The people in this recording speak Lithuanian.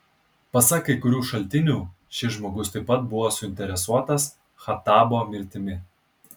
pasak kai kurių šaltinių šis žmogus taip pat buvo suinteresuotas khattabo mirtimi